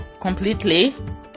completely